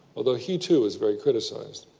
although he, too, was very criticised.